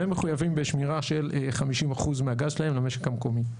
והם מחויבים בשמירה של 50% מהגז שלהם למשק המקומי.